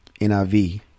niv